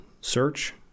search